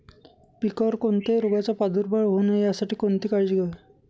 पिकावर कोणत्याही रोगाचा प्रादुर्भाव होऊ नये यासाठी कोणती काळजी घ्यावी?